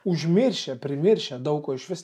užmiršę primiršę daug ko išvis